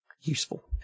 useful